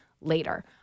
later